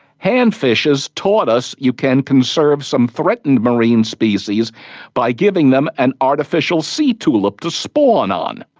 handfishes taught us you can conserve some threatened marine species by giving them an artificial sea tulip to spawn on,